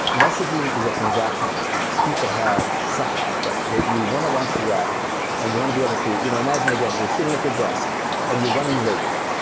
messaging is a transactional experience. people have seconds, right? you want to launch the app and you want to be able to you know imagine, again, you're sitting at your desk and you running late.